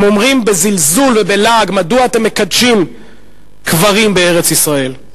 הם אומרים בזלזול ובלעג: מדוע אתם מקדשים קברים בארץ-ישראל?